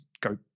go